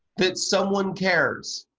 that someone cares,